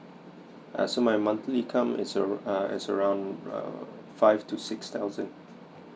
uh so my monthly income is around uh is around uh five to six thousand